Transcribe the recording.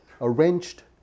arranged